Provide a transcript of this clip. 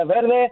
verde